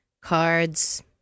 cards